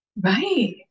Right